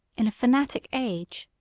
in a fanatic age,